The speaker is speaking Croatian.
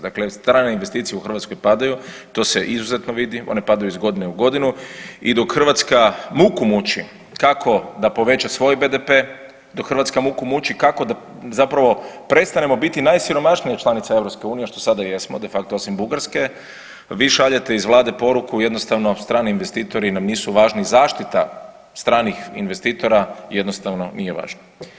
Dakle strane investicije u Hrvatskoj padaju, to se izuzetno vidi, one padaju iz godine u godinu i dok Hrvatska muku muči kako da poveća svoj BDP, dok Hrvatska muku muči kako zapravo prestanemo biti najsiromašnija članica EU, što sada jesmo, de facto osim Bugarske, vi šaljete iz Vlade poruku jednostavno, strani investitori nam nisu važni, zaštita stranih investitora jednostavno nije važna.